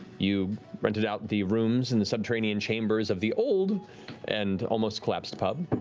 you rented out the rooms in the subterranean chambers of the old and almost collapsed pub.